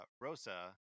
Rosa